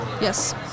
yes